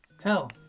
Hell